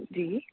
जी